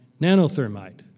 nanothermite